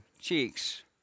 cheeks